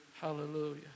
Hallelujah